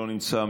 לא נמצא,